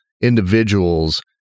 individuals